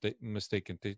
mistaken